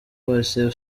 police